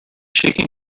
shaking